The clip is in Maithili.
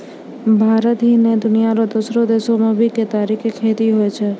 भारत ही नै, दुनिया रो दोसरो देसो मॅ भी केतारी के खेती होय छै